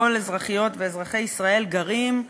כל אזרחיות ואזרחי ישראל גרים,